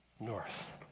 north